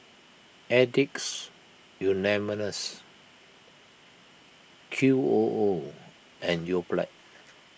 Addicts Anonymous Q O O and Yoplait